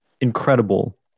incredible